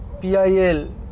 PIL